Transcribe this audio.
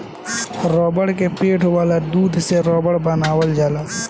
रबड़ के पेड़ वाला दूध से रबड़ बनावल जाला